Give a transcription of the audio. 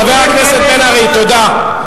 חבר הכנסת בן-ארי, תודה.